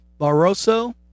Barroso